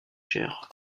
chaire